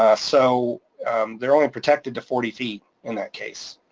ah so they're only protected to forty feet in that case.